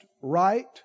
right